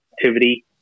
activity